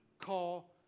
call